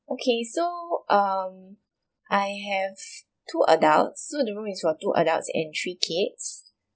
okay so um I have two adult so the room is for two adults and three kids